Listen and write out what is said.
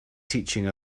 teaching